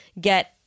get